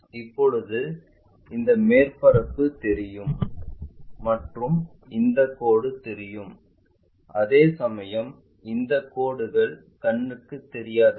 இப்போது இந்த மேற்பரப்பு தெரியும் மற்றும் இந்த கோடு தெரியும் அதேசமயம் இந்த கோடுகள் கண்ணுக்கு தெரியாதவை